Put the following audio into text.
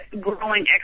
growing